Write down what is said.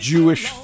Jewish